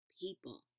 people